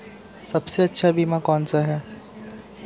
सबसे अच्छा बीमा कौनसा है?